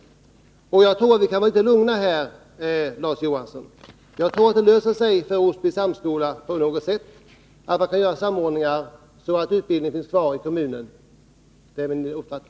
Jag tror emellertid att vi kan vara lugna — det kommer säkerligen att lösa sig för Osby samskola på något sätt. Man bör kunna göra samordningar, så att utbildningen blir kvar i kommunen.